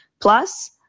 plus